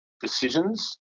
decisions